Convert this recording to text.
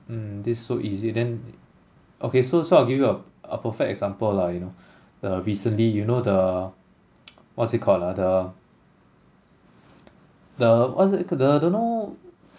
mm this so easy then okay so so I'll give you a a perfect example lah you know the recently you know the what's it called ah the the what's that the don't know